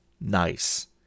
nice